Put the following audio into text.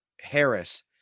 Harris